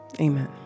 Amen